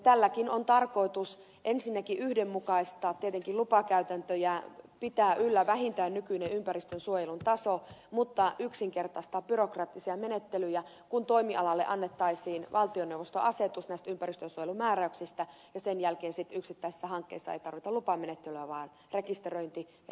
tälläkin on tarkoitus ensinnäkin yhdenmukaistaa tietenkin lupakäytäntöjä pitää yllä vähintään nykyinen ympäristönsuojelun taso mutta yksinkertaistaa byrokraattisia menettelyjä kun toimialalle annettaisiin valtioneuvoston asetus näistä ympäristönsuojelun määräyksistä ja sen jälkeen sitten yksittäisissä hankkeissa ei tarvita lupamenettelyä vaan rekisteröinti ja jälkikäteisvalvonta